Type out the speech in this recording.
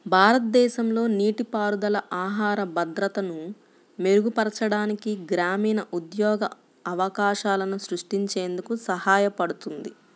భారతదేశంలో నీటిపారుదల ఆహార భద్రతను మెరుగుపరచడానికి, గ్రామీణ ఉద్యోగ అవకాశాలను సృష్టించేందుకు సహాయపడుతుంది